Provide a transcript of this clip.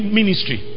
ministry